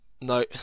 No